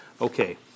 Okay